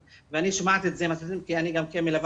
אני שומעת את זה מהסטודנטים כי אני גם מלווה